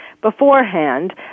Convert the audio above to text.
beforehand